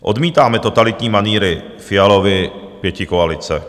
Odmítáme totalitní manýry Fialovy pětikoalice.